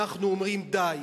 אנחנו אומרים, די.